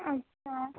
اچھا